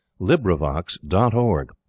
LibriVox.org